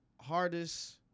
hardest